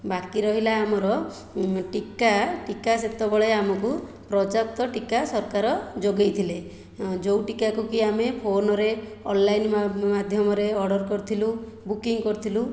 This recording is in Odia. ବାକି ରହିଲା ଆମର ଟିକା ଟିକା ସେତେବେଳେ ଆମକୁ ପର୍ଯ୍ୟାପ୍ତ ଟିକା ସରକାର ଯୋଗାଇଥିଲେ ଯେଉଁ ଟିକାକୁ କି ଆମେ ଫୋନ୍ରେ ଅନଲାଇନ୍ ମାଧ୍ୟମରେ ଅର୍ଡ଼ର କରିଥିଲୁ ବୁକିଂ କରିଥିଲୁ